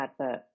advert